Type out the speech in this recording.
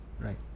Right